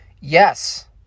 Yes